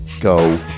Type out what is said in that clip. go